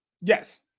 Yes